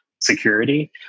security